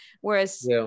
whereas